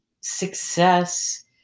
success